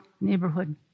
neighborhood